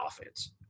offense